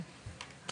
כן.